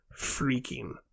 freaking